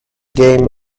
game